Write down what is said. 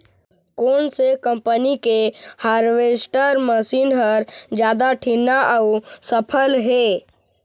कोन से कम्पनी के हारवेस्टर मशीन हर जादा ठीन्ना अऊ सफल हे?